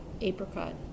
apricot